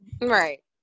Right